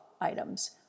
items